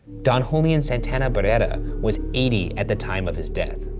don julian santana barrera was eighty at the time of his death.